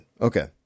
Okay